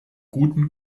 guten